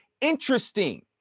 interesting